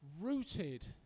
rooted